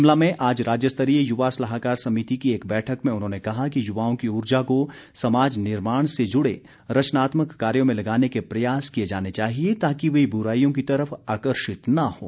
शिमला में आज राज्य स्तरीय युवा सलाहकार समिति की बैठक में उन्होंने कहा कि युवाओं की ऊर्जा को समाज निर्माण से जुड़े रचनात्मक कार्यो में लगाने के प्रयास किए जाने चाहिए ताकि वे बुराईयों की तरफ आकर्षित न हों